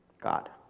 God